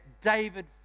David